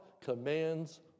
commands